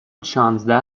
شانزده